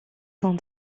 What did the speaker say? cent